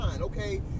Okay